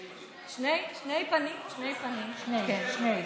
שני, פן אחד.